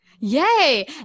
Yay